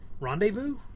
rendezvous